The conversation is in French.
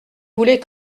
voulait